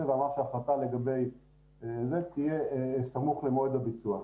והלך להחלטה שתהיה סמוך למועד הביצוע.